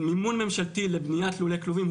מימון ממשלתי לבניית לולי כלובים,